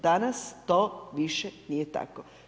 Danas to više nije tako.